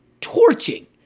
torching